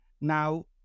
now